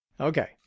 okay